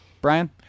Brian